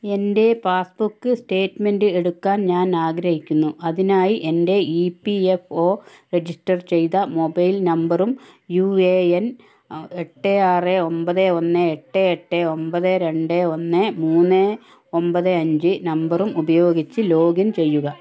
എന്റെ passbook statement എടുക്കാൻ ഞാൻ ആഗ്രഹിക്കുന്നു അതിനായി എന്റെ E P F O register ചെയ്ത മൊബൈൽ നമ്പറും യു എ എൻ എട്ട് ആറ് ഒമ്പത് ഒന്ന് എട്ട് എട്ട് ഒമ്പത് രണ്ട് ഒന്ന് മൂന്ന് ഒമ്പത് അഞ്ച് നമ്പറും ഉപയോഗിച്ച് ലോഗിൻ ചെയ്യുക